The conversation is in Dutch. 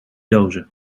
dozen